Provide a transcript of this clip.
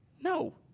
no